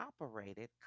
operated